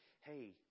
hey